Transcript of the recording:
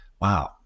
Wow